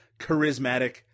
charismatic